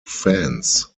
fans